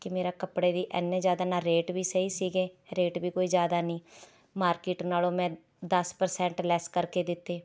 ਕਿ ਮੇਰਾ ਕੱਪੜਾ ਦੀ ਐਨੇ ਜ਼ਿਆਦਾ ਨਾ ਰੇਟ ਵੀ ਸਹੀ ਸੀਗੇ ਰੇਟ ਵੀ ਕੋਈ ਜ਼ਿਆਦਾ ਨਹੀਂ ਮਾਰਕਿਟ ਨਾਲੋਂ ਮੈਂ ਦਸ ਪ੍ਰਸੈਂਟ ਲੈਸ ਕਰਕੇ ਦਿੱਤੇ